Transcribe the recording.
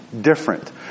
different